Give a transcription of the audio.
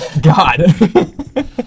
God